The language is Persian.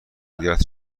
مدیریت